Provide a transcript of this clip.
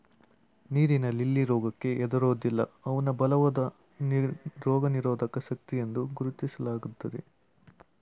ನೀರಿನ ಲಿಲ್ಲಿ ರೋಗಕ್ಕೆ ಹೆದರೋದಿಲ್ಲ ಅವ್ನ ಬಲವಾದ ರೋಗನಿರೋಧಕ ಶಕ್ತಿಯೆಂದು ಗುರುತಿಸ್ಲಾಗ್ತದೆ